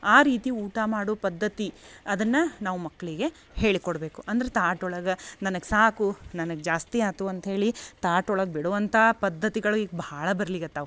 ಆ ರೀತಿ ಊಟ ಮಾಡು ಪದ್ಧತಿ ಅದನ್ನ ನಾವು ಮಕ್ಕಳಿಗೆ ಹೇಳಿ ಕೊಡಬೇಕು ಅಂದ್ರ ತಾಟೊಳಗ ನನಗೆ ಸಾಕು ನನಗೆ ಜಾಸ್ತಿ ಆತು ಅಂತೇಳಿ ತಾಟೊಳಗ ಬಿಡುವಂಥಾ ಪದ್ಧತಿಗಳು ಈಗ ಭಾಳ ಬರ್ಲಿಗತ್ತವು